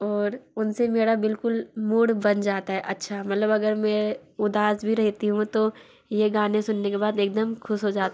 ओर उन से मेरा बिल्कुल मूड बन जाता हे अच्छा मतलब अगर में उदास भी रहती हूँ तो ये गाने सुनने के बाद एक दम ख़ुश हो जाती हूँ